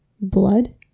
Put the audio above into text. blood